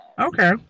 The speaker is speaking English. Okay